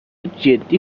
جدی